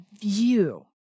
view